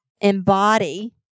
embody